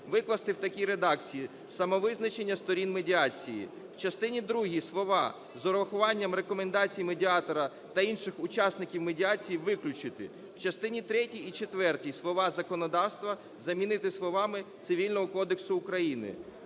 викласти в такій редакції: "Самовизначення сторін медіації". В частині другій слова "з урахуванням рекомендацій медіатора та інших учасників медіації" виключити. В частині третій і четвертій слова "законодавства" замінити словами "Цивільного кодексу України".